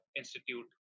institute